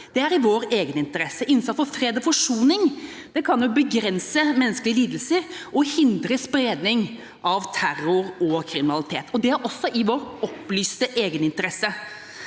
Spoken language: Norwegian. er i vår egeninteresse. Innsats for fred og forsoning kan begrense menneskelige lidelser og hindre spredning av terror og kriminalitet. Det er også i vår opplyste egeninteresse.